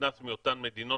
נכנס מאותן מדינות,